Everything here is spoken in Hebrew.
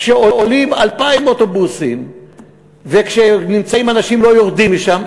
כשעולים 2,000 אוטובוסים ואנשים לא יורדים משם,